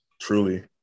truly